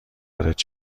وارد